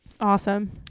Awesome